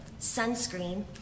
sunscreen